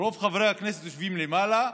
רוב חברי הכנסת יושבים למעלה,